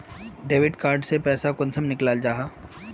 Debit card से पैसा कुंसम निकलाल जाहा?